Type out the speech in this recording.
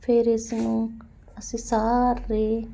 ਫਿਰ ਇਸ ਨੂੰ ਅਸੀਂ ਸਾਰੇ